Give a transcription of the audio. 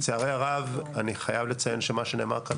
לצערי הרב אני חייב לציין שמה שנאמר כאן